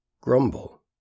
grumble